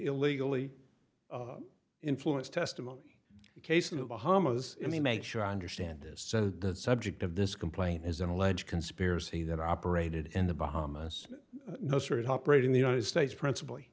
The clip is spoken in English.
illegally influence testimony the case in the bahamas and they make sure i understand this so the subject of this complaint is an alleged conspiracy that operated in the bahamas no sort of operate in the united states principl